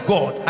God